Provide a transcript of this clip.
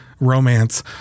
romance